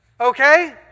Okay